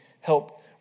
help